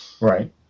Right